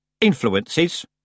Influences